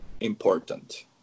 important